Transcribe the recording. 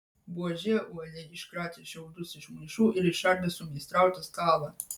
buožė uoliai iškratė šiaudus iš maišų ir išardė susimeistrautą stalą